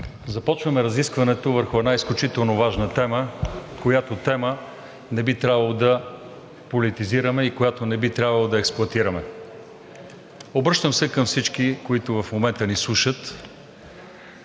Започваме разискването върху една изключително важна тема, която не би трябвало да политизираме и която не би трябвало да експлоатираме. Обръщам се към всички, които в момента ни слушат,